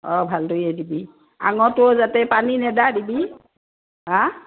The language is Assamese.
অঁ ভালদৈয়ে দিবি এৱাঁতো যাতে পানী নদা দিবি হা